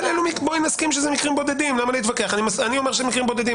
אבל בואי נסכים שאלה מקרים בודדים.